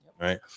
right